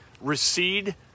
recede